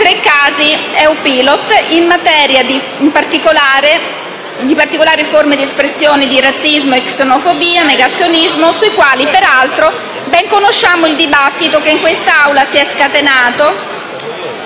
tre casi EU Pilot in materia di particolari forme ed espressioni di razzismo, xenofobia e negazionismo - sui quali, peraltro, ben conosciamo il dibattito che in questa Assemblea si è scatenato